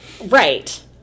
Right